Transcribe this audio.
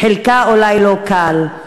חלקה אולי לא קל,